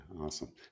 Awesome